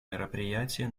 мероприятия